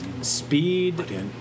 speed